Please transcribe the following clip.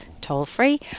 toll-free